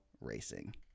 racing